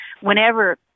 whenever